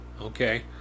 Okay